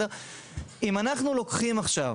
אם אנחנו לוקחים עכשיו